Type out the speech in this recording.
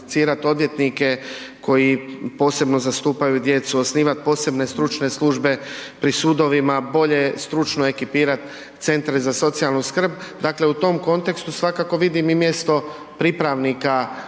odvjetnike koji posebno zastupaju djecu, osnivati posebne stručne službe pri sudovima, bolje stručno ekipirati centre za socijalnu skrb, dakle u tom kontekstu svakako vidim i mjesto pripravnika